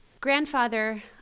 Grandfather